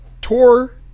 tour